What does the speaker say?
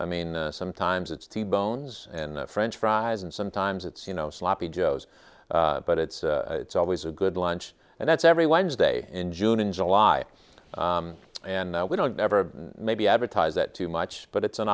i mean sometimes it's t bones and french fries and sometimes it's you know sloppy joes but it's it's always a good lunch and that's every wednesday in june and july and we don't ever maybe advertise that too much but it's an